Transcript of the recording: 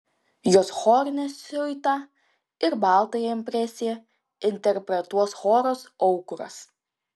jos chorinę siuitą ir baltąją impresiją interpretuos choras aukuras